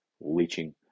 leaching